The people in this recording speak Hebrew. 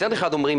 מצד אחד אומרים,